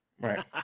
Right